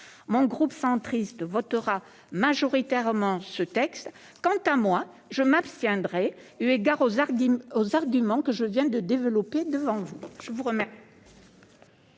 Union Centriste votera majoritairement ce texte. Quant à moi, je m'abstiendrai eu égard aux arguments que je viens de développer devant vous.